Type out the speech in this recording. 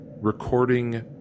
recording